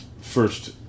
first